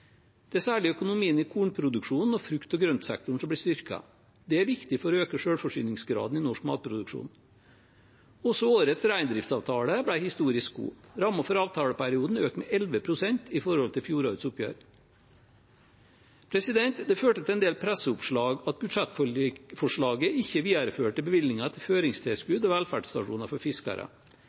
Det er særlig økonomien i kornproduksjonen og frukt- og grøntsektoren som blir styrket. Det er viktig for å øke selvforsyningsgraden i norsk matproduksjon. Også årets reindriftsavtale ble historisk god. Rammen for avtaleperioden er økt med 11 pst. i forhold til fjorårets oppgjør. Det førte til en del presseoppslag at budsjettforslaget ikke videreførte bevilgninger til føringstilskudd og velferdsstasjoner for fiskere.